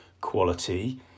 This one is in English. quality